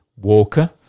Walker